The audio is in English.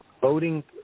voting